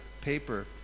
paper